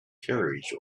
carriage